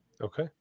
Okay